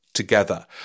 Together